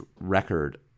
record